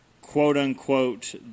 quote-unquote